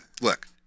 look